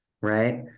right